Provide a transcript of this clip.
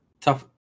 tough